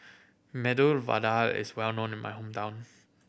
Medu Vada is well known in my hometown